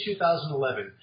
2011